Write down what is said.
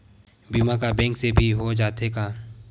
बीमा का बैंक से भी हो जाथे का?